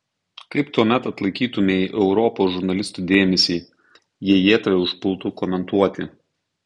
kaip tuomet atlaikytumei europos žurnalistų dėmesį jei jie tave užpultų komentuoti